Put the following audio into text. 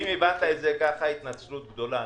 אם הבנת את זה ככה, קבל התנצלות גדולה.